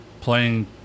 playing